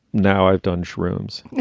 now i've done shrooms.